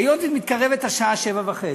היות שמתקרבת השעה 19:30